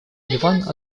ливан